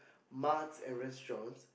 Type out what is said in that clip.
marts and restaurants